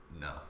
No